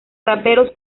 raperos